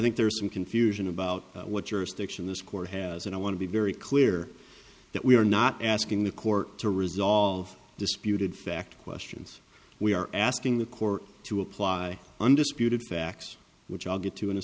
think there's some confusion about what your sticks in this court has and i want to be very clear that we are not asking the court to resolve disputed fact questions we are asking the court to apply undisputed facts which i'll get to in a